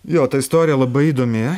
jo ta istorija labai įdomi